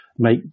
Make